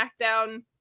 SmackDown